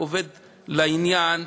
עובד לעניין,